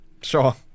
Sure